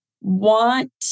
want